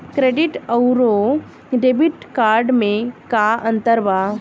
Credit अउरो debit card मे का अन्तर बा?